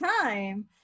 time